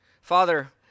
Father